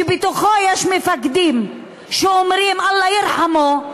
שבתוכו יש מפקדים שאומרים: אללה ירחמו,